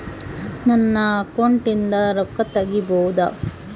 ನನ್ನ ಅಕೌಂಟಿಂದ ರೊಕ್ಕ ತಗಿಬಹುದಾ?